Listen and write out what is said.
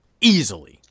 Easily